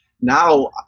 Now